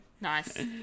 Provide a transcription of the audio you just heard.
Nice